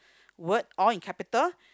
word all in capital